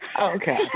okay